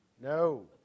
No